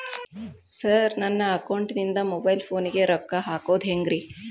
Sir ನನ್ನ ಅಕೌಂಟದಿಂದ mobile ಫೋನಿಗೆ ರೊಕ್ಕ ಹಾಕೋದು ಹೆಂಗ್ರಿ?